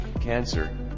Cancer